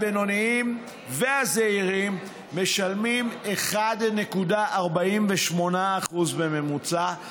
הבינוניים והזעירים משלמים 1.48% בממוצע,